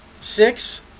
six